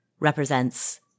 represents